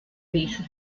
dice